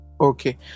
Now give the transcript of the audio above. Okay